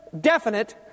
definite